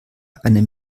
eine